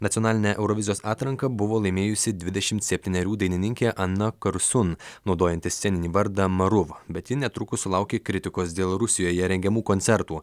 nacionalinę eurovizijos atranką buvo laimėjusi dvidešimt septynerių dainininkė ana karsun naudojanti sceninį vardą maru bet ji netrukus sulaukė kritikos dėl rusijoje rengiamų koncertų